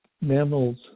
mammals